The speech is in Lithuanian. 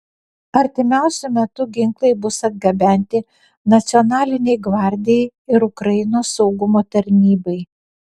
artimiausiu metu ginklai bus atgabenti nacionalinei gvardijai ir ukrainos saugumo tarnybai